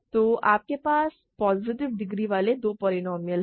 तो आपके पास पॉजिटिव डिग्री वाले दो पोलीनोमिअल हैं